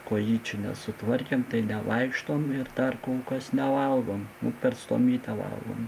kojyčių nesutvarkėm nevaikštom ir dar kulkos nevalgom nu per stomitą valgom